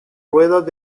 ruedas